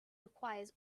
requires